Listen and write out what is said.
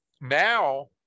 Now